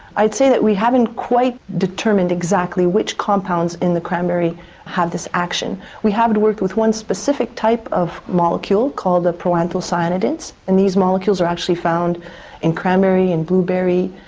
i'd say that we haven't quite determined exactly which compounds in the cranberry have this action. we have worked with one specific type of molecule called ah proanthocyanidins, and these molecules are actually found in cranberry and blueberry,